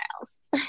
else